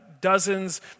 dozens